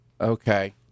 Okay